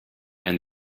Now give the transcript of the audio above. and